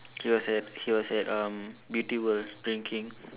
he was at he was at um beauty world drinking